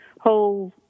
whole